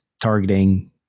targeting